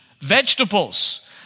vegetables